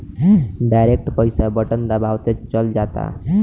direct पईसा button दबावते चल जाता